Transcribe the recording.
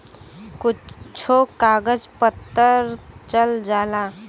कुच्छो कागज पत्तर चल जाला